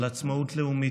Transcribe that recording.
על עצמאות לאומית,